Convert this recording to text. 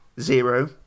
Zero